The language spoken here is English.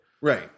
Right